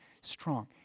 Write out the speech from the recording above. strong